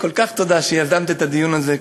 כל כך תודה על שיזמת את הדיון הזה,